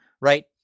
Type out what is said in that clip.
right